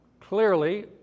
clearly